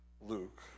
Luke